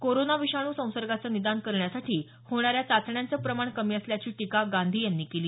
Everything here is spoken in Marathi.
कोरोनो विषाणू संसर्गाचं निदान करण्यासाठी होणाऱ्या चाचण्यांचं प्रमाण कमी असल्याची टीका गांधी यांनी केली